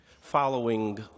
Following